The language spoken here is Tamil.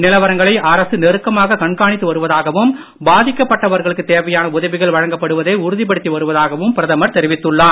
நிலவரங்களை அரசு நெருக்கமாக கண்காணித்து வருவதாகவும் பாதிக்கப்பட்டவர்களுக்கு தேவையான உதவிகள் வழங்கப்படுவதை உறுதிப்படுத்தி வருவதாகவும் பிரதமர் தெரிவித்துள்ளார்